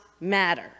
matter